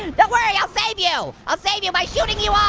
don't worry i'll save you. i'll save you by shooting you um